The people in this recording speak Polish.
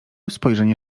spojrzenie